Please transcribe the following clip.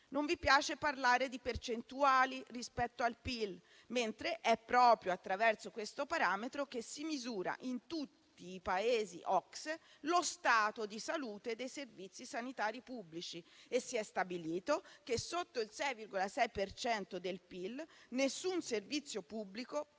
Non vi piace parlare di percentuali rispetto al PIL, mentre è proprio attraverso questo parametro che si misura in tutti i Paesi OCSE lo stato di salute dei servizi sanitari pubblici. Si è stabilito che sotto il 6,6 per cento del PIL nessun servizio pubblico